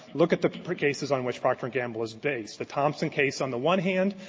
look at the cases on which procter and gamble is based. the thompson case, on the one hand,